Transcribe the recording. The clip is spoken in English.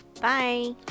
Bye